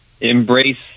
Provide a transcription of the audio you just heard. embrace